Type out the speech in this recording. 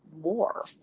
more